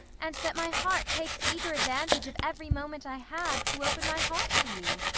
and that my heart takes eager advantage of every moment i have to open my heart to you.